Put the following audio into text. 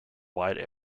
wide